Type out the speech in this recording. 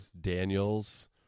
Daniels